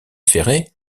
ferrer